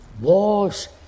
wars